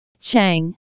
Chang